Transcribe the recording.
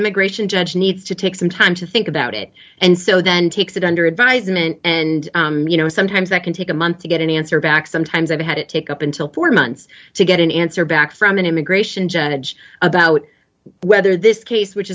immigration judge needs to take some time to think about it and so then takes it under advisement and you know sometimes that can take a month to get an answer back sometimes i've had it take up until four months to get an answer back from an immigration judge about whether this case which